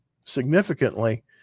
significantly